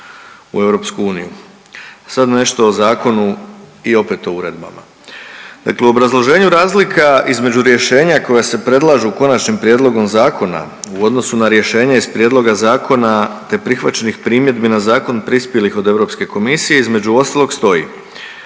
u obrazloženju razlika između rješenja koja se predlažu konačnim prijedlogom zakona u odnosu na rješenje iz prijedloga zakona, te prihvaćenih primjedbi na zakon prispjelih od Europske komisije između ostalog stoji.